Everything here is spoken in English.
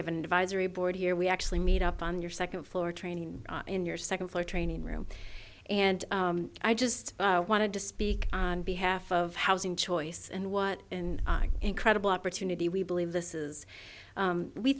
have an advisory board here we actually meet up on your second floor training in your second floor training room and i just wanted to speak on behalf of housing choice and what an incredible opportunity we believe this is